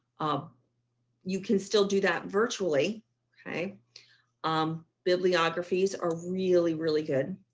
um you can still do that virtually okay i'm bibliography. these are really, really good.